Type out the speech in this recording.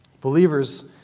Believers